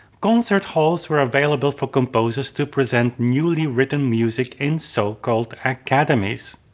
concert halls were available for composers to present newly written music in so-called academies.